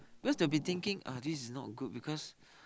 because they will be thinking uh this is not good because